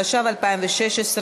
התשע"ו 2016,